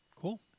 Cool